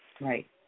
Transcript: Right